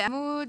בעמוד